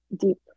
deep